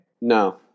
No